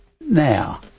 Now